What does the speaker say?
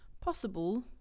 possible